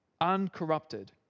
uncorrupted